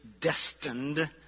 destined